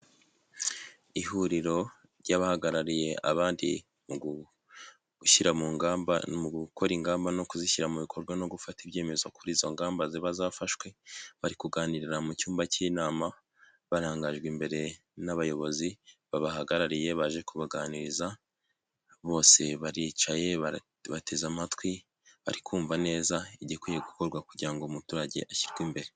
Ihuriro ry'abahagarariye abandi gushyira mu ngamba mu gukora ingamba no kuzishyira mu bikorwa no gufata ibyemezo kuri izo ngamba ziba zafashwe bari kuganirira mu cyumba cy'inama barangajwe imbere n'abayobozi babahagarariye baje kubaganiriza bose baricaye bateze amatwi barikumva neza igikwiye gukorwa kugira ngo umuturage ashyirwe imbere.